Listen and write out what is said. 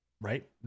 right